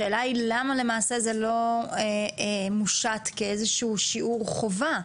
השאלה היא למה למעשה זה לא מושת כאיזשהו שיעור חובה?